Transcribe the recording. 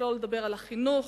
שלא לדבר על החינוך.